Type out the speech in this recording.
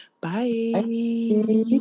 Bye